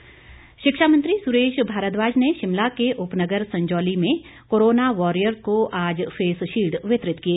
भारद्वाज शिक्षा मंत्री सुरेश भारद्वाज ने शिमला के उपनगर संजौली में कोरोना वॉरियर्स को आज फेस शील्ड वितरित किए